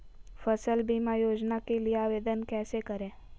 फसल बीमा योजना के लिए आवेदन कैसे करें?